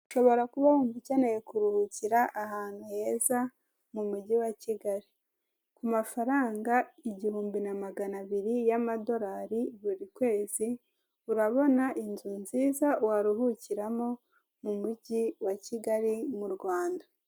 Ushobora kuba wumva ukeneye kuruhukira ahantu heza mu mujyi wa Kigali, ku mafaranga igihumbi na magana abiri y'amadorari buri kwezi, urabona inzu nziza waruhukiramo mu mujyi wa Kigali mu Rwanda.